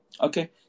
Okay